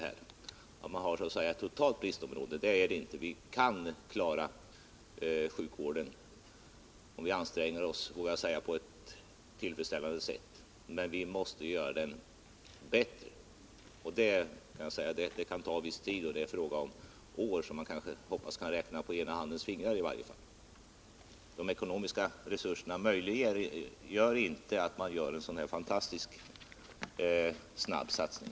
Det är inte så att vi har ett totalt bristområde, utan vi kan, vågar jag säga, klara sjukvården på ett tillfredsställande sätt om vi anstränger oss. Men vi måste göra sjukvården bättre. Detta kan ta viss tid, och det är då fråga om år som jag hoppas kan räknas på ena handens fingrar. De ekonomiska resurserna möjliggör dess värre inte någon omedelbar satsning.